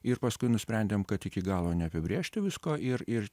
ir paskui nusprendėm kad iki galo neapibrėžti visko ir ir